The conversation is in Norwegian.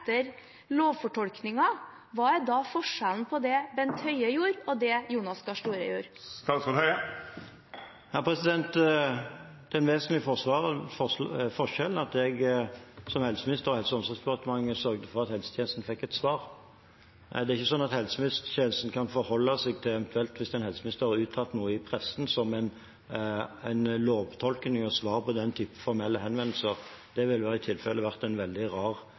etter lovfortolkningen? Hva er da forskjellen på det Bent Høie gjorde, og det Jonas Gahr Støre gjorde? Den vesentlige forskjellen er at jeg som helseminister i Helse- og omsorgsdepartementet sørget for at helsetjenesten fikk et svar. Det er ikke sånn at helsetjenesten kan forholde seg til det en helseminister eventuelt har uttalt til pressen som en lovtolkning og svar på den typen formelle henvendelser. Det ville i tilfelle vært en veldig rar